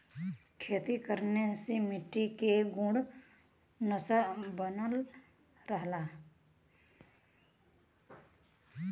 खेती कइले से मट्टी के गुण बनल रहला